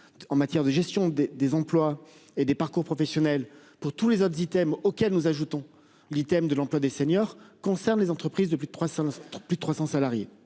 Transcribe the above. en matière de gestion des des emplois et des parcours professionnels pour tous les autres items auquel nous ajoutons l'thème de l'emploi des seniors concerne les entreprises de plus de 300. Plus